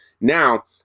Now